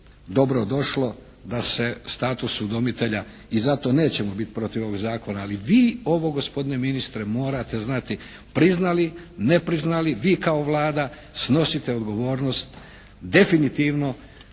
dobro došlo da se status udomitelja i zato nećemo biti protiv ovog Zakona, ali vi ovo gospodine ministre morate znati. Priznali, ne priznali vi kao Vlada snosite odgov ornost definitivno